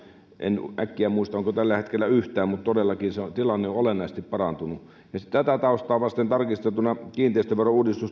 en äkkiä muista onko tällä hetkellä yhtään tämmöisiä kriisikuntia ja vakavissa vaikeuksissa olevia kuntia todellakin tilanne on olennaisesti parantunut tätä taustaa vasten tarkasteltuna kiinteistöveron